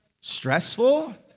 stressful